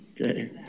Okay